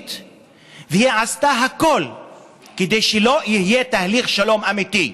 תוכנית והיא עשתה הכול כדי שלא יהיה תהליך שלום אמיתי.